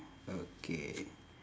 okay